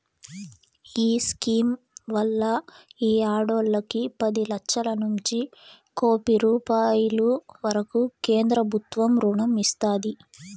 ఈ స్కీమ్ వల్ల ఈ ఆడోల్లకి పది లచ్చలనుంచి కోపి రూపాయిల వరకూ కేంద్రబుత్వం రుణం ఇస్తాది